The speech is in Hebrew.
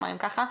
יומיים ככה,